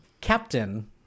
Captain